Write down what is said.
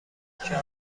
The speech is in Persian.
تکه